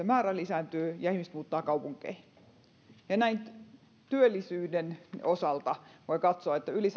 määrä lisääntyy ja ihmiset muuttavat kaupunkeihin näin työllisyyden osalta voi katsoa että yli